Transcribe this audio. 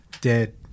dead